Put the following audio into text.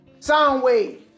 Soundwave